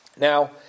Now